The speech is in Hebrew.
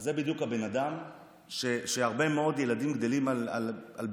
זה בדיוק הבן אדם שהרבה מאוד ילדים גדלים על ברכיו.